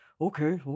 Okay